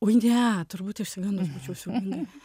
oi ne turbūt išsigandus būčiau siaubingai